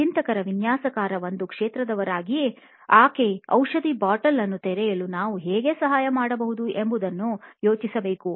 ಚಿಂತಕರ ವಿನ್ಯಾಸಕಾರ ಒಂದು ಕ್ಷೇತ್ರದವರಾಗಿ ಆಕೆಯ ಔಷಧಿ ಬಾಟಲಿ ಅನ್ನು ತೆರೆಯಲು ನಾವು ಹೇಗೆ ಸಹಾಯ ಮಾಡಬಹುದು ಎಂಬುದನ್ನು ಯೋಚಿಸಬೇಕು